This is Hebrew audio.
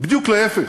בדיוק להפך,